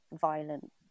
violent